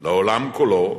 לעולם כולו,